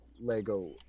Lego